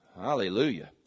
Hallelujah